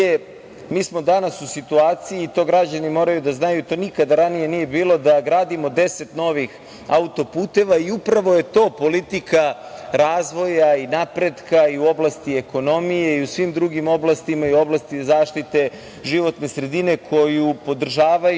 smo danas u situaciji, i to građani moraju da znaju, to nikada ranije nije bilo, da gradimo 10 novih autoputeva i upravo je to politika razvoja i napretka i u oblasti ekonomije i u svim drugim oblastima i u oblasti zaštite životne sredine koju podržavaju